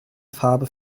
farbe